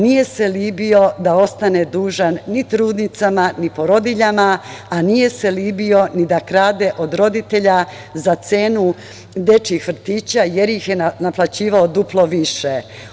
Nije se libio da ostane dužan ni trudnicama, ni porodiljama, a nije se libio ni da krade od roditelja za cenu dečijih vrtića, jer ih je naplaćivao duplo više.